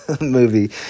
movie